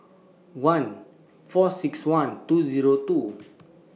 one four six one two Zero two